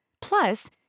Plus